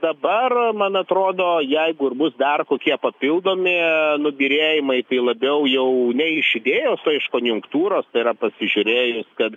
dabar man atrodo jeigu ir bus dar kokie papildomi nubyrėjimai tai labiau jau ne iš idėjos o iš konjunktūros tai yra pasižiūrėjus kad